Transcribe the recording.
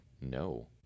No